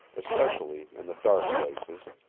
especially in the dark places,